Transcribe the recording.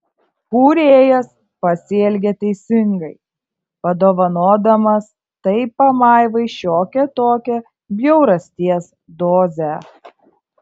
kūrėjas pasielgė teisingai padovanodamas tai pamaivai šiokią tokią bjaurasties dozę